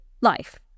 life